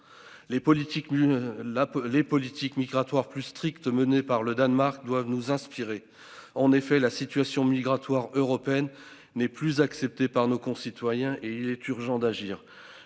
les politiques migratoire plus stricte menés par le Danemark doivent nous inspirer en effet la situation migratoire européenne n'est plus acceptée par nos concitoyens, et il est urgent d'agir.